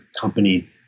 company